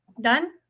Done